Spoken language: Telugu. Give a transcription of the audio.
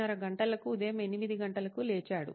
30 గంటలకు ఉదయం 8 గంటలకు లేచాడు